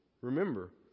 remember